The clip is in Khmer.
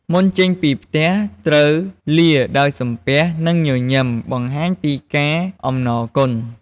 មុនចេញពីផ្ទះ ត្រូវលារដោយសំពះ និងញញឹមបង្ហាញពីការអំណរគុណ។